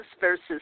versus